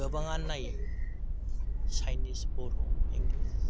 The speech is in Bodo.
गोबांआनो नायो साइनिस बर' इंलिस